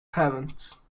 parents